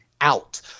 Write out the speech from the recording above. out